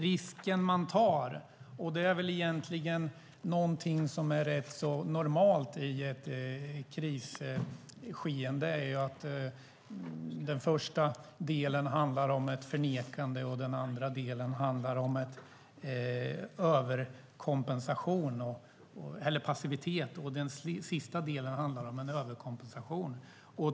Risken man tar - det är något som är ganska normalt i ett krisskeende - är att den första delen handlar om ett förnekande, den andra delen om passivitet och den sista delen om en överkompensation.